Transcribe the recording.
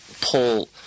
pull